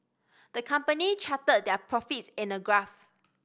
the company charted their profits in a graph